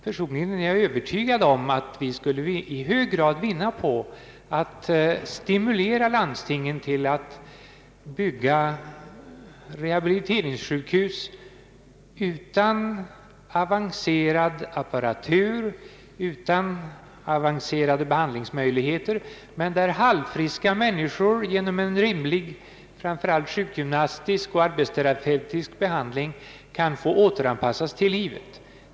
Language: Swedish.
Personligen är jag övertygad om att vi i hög grad skulle vinna på att stimulera landstingen till att bygga rehabiliteringssjukhus utan avan cerad apparatur, utan avancerade behandlingsmöjligheter, men där halvfriska människor genom en rimlig, framför allt sjukgymnastisk och arbetsterapeutisk, behandling kan få återanpassas till livet.